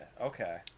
okay